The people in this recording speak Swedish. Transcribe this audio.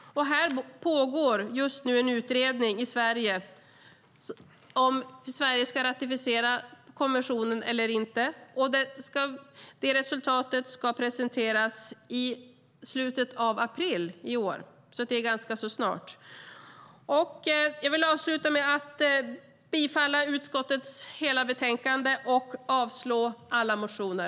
I Sverige pågår just nu en utredning om huruvida Sverige ska ratificera konventionen eller inte. Det resultatet ska presenteras i slutet av april i år, det vill säga ganska snart. Jag vill avsluta med att yrka bifall till förslaget i utskottets betänkande och avslag på alla motioner.